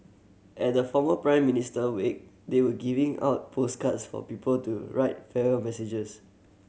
at the former Prime Minister wake they were giving out postcards for people to write farewell messages